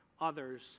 others